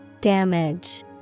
Damage